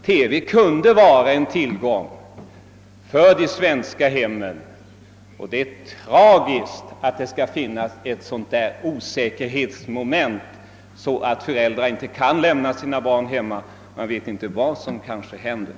TV kunde vara en tillgång för de svenska hemmen, men det är tragiskt att det skall finnas ett sådant osäkerhetsmoment, som gör att föräldrar inte törs lämna sina barn hemma vid TV-skärmen därför att de inte riktigt vet vad som händer.